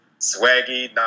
Swaggy